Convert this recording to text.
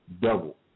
double